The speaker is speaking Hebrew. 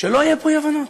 שלא יהיו פה אי-הבנות.